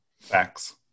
facts